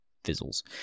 fizzles